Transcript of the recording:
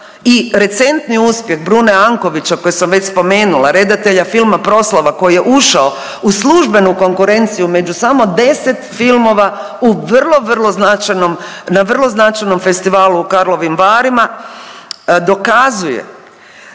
i recentni uspjeh Brune Ankovića koji sam već spomenula, redatelja filma Proslava koji je ušao u službenu konkurenciju među samo 10 filmova u vrlo, vrlo značajnom na vrlo značajnom festivalu u Karlovim varima, dokazuje